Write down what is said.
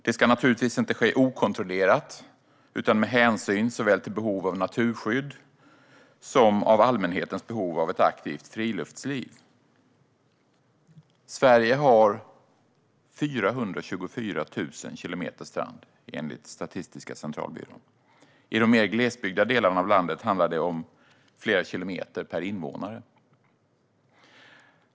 Det ska naturligtvis inte ske okontrollerat utan med hänsyn såväl till behov av naturskydd som till allmänhetens behov av ett aktivt friluftsliv. Sverige har 424 000 kilometer strand, enligt Statistiska centralbyrån. I de mer glesbebyggda delarna av landet handlar det om flera kilometer per invånare.